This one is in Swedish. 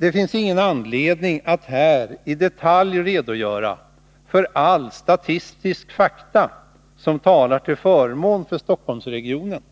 Det finns ingen anledning att här i detalj redogöra för alla statistiska fakta som talar till förmån för Stockholmsregionen,